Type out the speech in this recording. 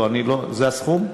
זה הסכום?